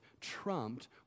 trumped